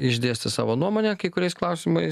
išdėstė savo nuomonę kai kuriais klausimais